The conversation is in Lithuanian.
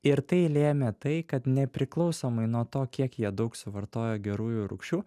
ir tai lėmė tai kad nepriklausomai nuo to kiek jie daug suvartojo gerųjų rūgščių